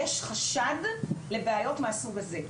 יש חשד לבעיות מהסוג הזה,